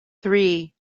three